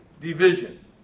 division